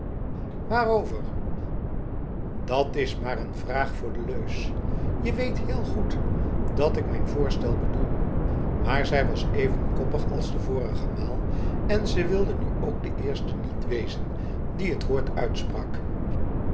dat is maar n vraag voor de leus je weet heel goed dat ik mijn voorstel bedoel maar zij was even koppig als de vorige maal en ze wilde nu ook de eerste niet wezen die het woord uitsprak